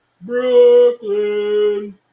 Brooklyn